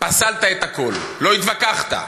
פסלת את הכול, לא התווכחת.